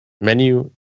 Menu